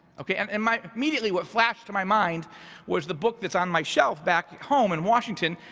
okay, um and my immediately, what flashed to my mind was the book that's on my shelf, back home in washington,